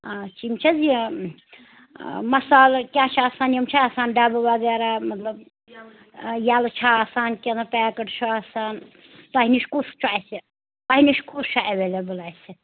اچھا یِم چھِ حظ یہِ مصالہٕ کیٛاہ چھِ آسان یِم چھےٚ آسان ڈَبہٕ وغیرہ مطلب ییٚلہٕ چھےٚ آسان کِنہٕ پیکٕڈ چھِ آسان تۄہہِ نِش کُس چھُ اَسہِ تۄہہِ نِش کُس چھُ اٮ۪ویلیبٕل اَسہِ